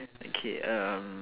okay um